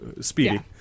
speedy